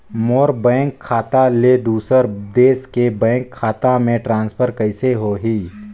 मोर bank खाता ले दुसर देश के बैंक खाता मे ट्रांसफर कइसे होही?